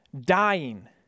dying